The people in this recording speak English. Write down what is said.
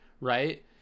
right